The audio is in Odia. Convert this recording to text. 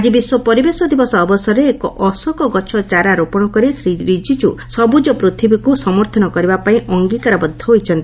ଆଜି ବିଶ୍ୱ ପରିବେଶ ଦିବସ ଅବସରରେ ଏକ ଅଶୋକ ଗଛ ଚାରା ରୋପଣ କରି ଶ୍ରୀ ରିଜିଜୁ ସବୁଜ ପୃଥିବୀକୁ ସମର୍ଥନ କରିବାପାଇଁ ଅଙ୍ଗୀକାରବଦ୍ଧ ହୋଇଛନ୍ତି